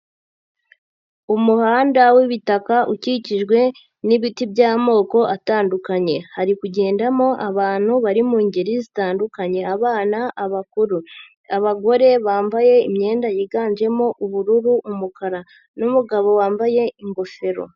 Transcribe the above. Umuhanda w'ibitaka ukikijwe n'ibiti by'amoko atandukanye. Hari kugendamo abantu bari mu ngeri zitandukanye, abana, abakuru. Abagore bambaye imyenda yiganjemo, ubururu, umukara n'umugabo wambaye ingofero.